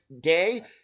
day